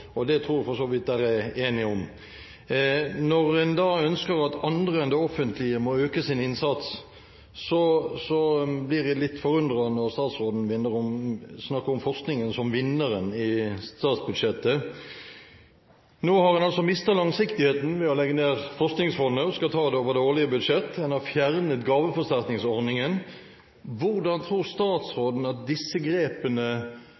og det tror jeg for så vidt det er enighet om. Når en da ønsker at andre enn det offentlige må øke sin innsats, blir jeg litt forundret når statsråden begynner å snakke om forskningen som vinneren i statsbudsjettet. Nå har en altså mistet langsiktigheten ved å legge ned Forskningsfondet – en skal ta det over det årlige budsjettet – og gaveforsterkningsordningen er blitt fjernet. Hvordan tror statsråden at disse grepene